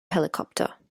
helicopter